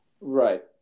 Right